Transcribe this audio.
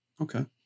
Okay